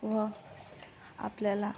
व आपल्याला